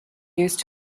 used